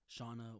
Shauna